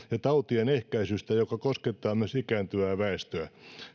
tautien ehkäisystä joka koskettaa myös ikääntyvää väestöä